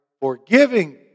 forgiving